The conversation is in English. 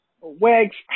Wags